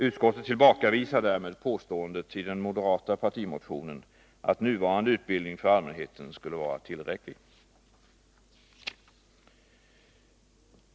Utskottet tillbakavisar därmed påståendet i den moderata partimotionen, att nuvarande utbildning för allmänheten i datafrågor skulle vara tillräcklig.